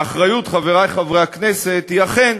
והאחריות, חברי חברי הכנסת, היא אכן